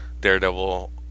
Daredevil